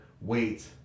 wait